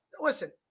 Listen